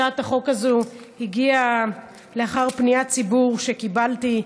הצעת החוק הזאת הגיעה לאחר פניית ציבור שקיבלתי,